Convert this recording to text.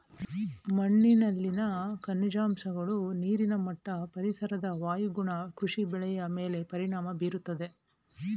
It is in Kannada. ಮಣ್ಣಿನಲ್ಲಿನ ಖನಿಜಾಂಶಗಳು, ನೀರಿನ ಮಟ್ಟ, ಪರಿಸರದ ವಾಯುಗುಣ ಕೃಷಿ ಬೆಳೆಯ ಮೇಲೆ ಪರಿಣಾಮ ಬೀರುತ್ತದೆ